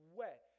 wet